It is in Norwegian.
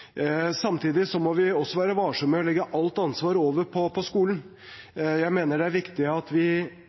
Samtidig må vi også være varsomme med å legge alt ansvaret over på skolen. Jeg mener det er viktig at vi